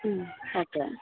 മ് ഓക്കെ